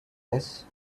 less